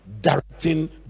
Directing